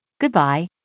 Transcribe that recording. Goodbye